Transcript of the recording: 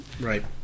Right